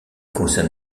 concerne